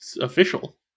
official